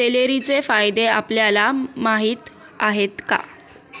सेलेरीचे फायदे आपल्याला माहीत आहेत का?